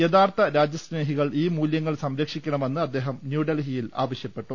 യഥാർത്ഥ രാജ്യസ്നേഹികൾ ഈ മൂല്യങ്ങൾ സംര ക്ഷിക്കണമെന്ന് അദ്ദേഹം ന്യൂഡൽഹിയിൽ ആവശ്യപ്പെട്ടു